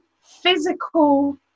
physical